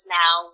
now